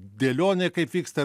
dėlionė kaip vyksta